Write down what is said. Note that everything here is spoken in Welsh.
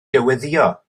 dyweddïo